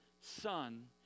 son